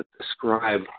describe